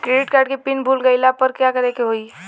Credit card के pin भूल गईला पर का करे के होई?